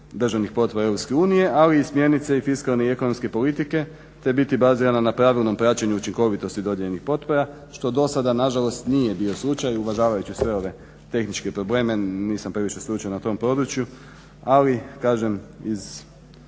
državnih potpora EU ali i smjernice i fiskalne i ekonomske politike te biti bazirana na pravilnom praćenju učinkovitosti dodijeljenih potpora što do sada nažalost nije bio slučaj uvažavajući sve ove tehničke probleme nisam previše stručan na tom području, ali kažem iz